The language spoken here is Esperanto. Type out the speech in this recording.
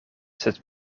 sed